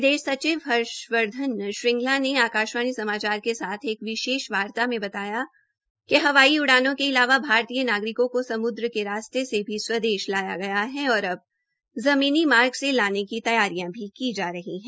विदेश सचिव हर्षवर्धन श्रृंगला ने आकाशवाणी समाचार के साथ एक विशेष म्लाकात में बताया कि हवाई उड़ानों के अलावा भारतीय नागरिकों को समुद्र के रास्ते से भी स्वदेश लाया गया है और अब ज़मीनी मार्ग से लाने की तैयारियां भी की जा रही है